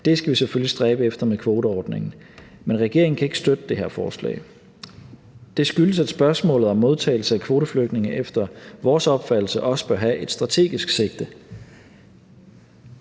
Det skal vi selvfølgelig stræbe efter med kvoteordningen. Men regeringen kan ikke støtte det her forslag. Det skyldes, at spørgsmålet om modtagelse af kvoteflygtninge efter vores opfattelse også bør have et strategisk sigte.